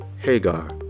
Hagar